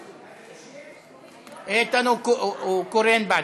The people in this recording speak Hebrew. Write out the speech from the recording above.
איתן, וקורן בעדו.